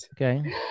Okay